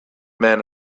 men